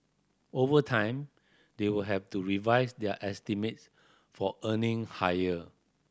over time they will have to revise their estimates for earning higher